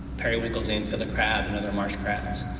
periwinkles and fiddler crabs and other marsh crabs.